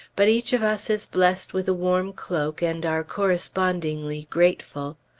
but each of us is blessed with a warm cloak, and are correspondingly grateful.